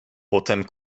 potem